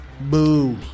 boo